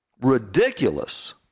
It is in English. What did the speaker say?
ridiculous